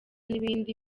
n’ibindi